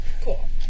Cool